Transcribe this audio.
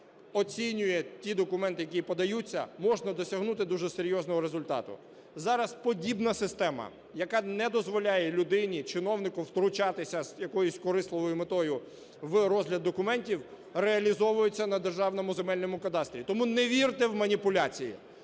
оцінює ті документи, які подаються, можна досягнути дуже серйозного результату. Зараз подібна система, яка не дозволяє людині, чиновнику, втручатися з якоюсь корисливою метою в розгляд документів, реалізовується на Державному земельному кадастрі. Тому не вірте в маніпуляції